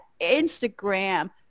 Instagram